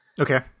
Okay